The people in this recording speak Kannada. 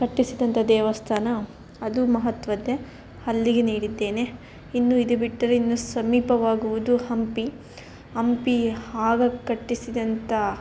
ಕಟ್ಟಿಸಿದಂಥ ದೇವಸ್ಥಾನ ಅದೂ ಮಹತ್ವದ್ದೇ ಅಲ್ಲಿಗೆ ನೀಡಿದ್ದೇನೆ ಇನ್ನು ಇದು ಬಿಟ್ಟರೆ ಇನ್ನು ಸಮೀಪವಾಗುವುದು ಹಂಪಿ ಹಂಪಿ ಆಗ ಕಟ್ಟಿಸಿದಂಥ